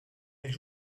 elle